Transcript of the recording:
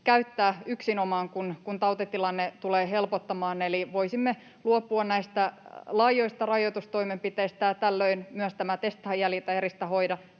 käyttää yksinomaan, kun tautitilanne tulee helpottamaan. Eli voisimme luopua näistä laajoista rajoitustoimenpiteistä, ja tällöin on käytössä tämä testaa, jäljitä, eristä, hoida